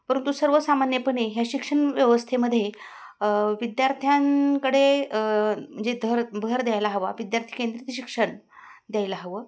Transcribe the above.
परंतु सर्वसामान्यपणे ह्या शिक्षण व्यवस्थेमध्ये विद्यार्थ्यांकडे म्हणजे धर भर द्यायला हवा विद्यार्थी केंद्रित शिक्षण द्यायला हवं